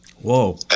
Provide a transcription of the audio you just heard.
Whoa